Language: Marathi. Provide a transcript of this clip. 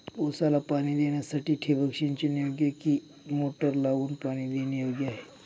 ऊसाला पाणी देण्यासाठी ठिबक सिंचन योग्य कि मोटर लावून पाणी देणे योग्य आहे?